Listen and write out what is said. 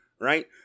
right